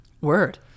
Word